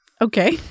Okay